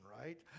right